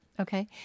Okay